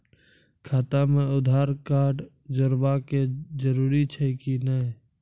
खाता म आधार कार्ड जोड़वा के जरूरी छै कि नैय?